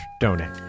donate